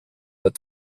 but